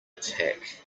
attack